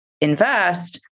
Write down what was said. invest